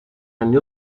anni